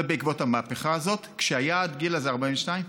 זה בעקבות המהפכה הזאת, והיעד, גילה, זה 42%?